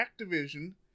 Activision